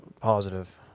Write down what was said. positive